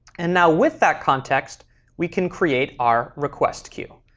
and now with that context we can create our request queue.